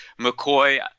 McCoy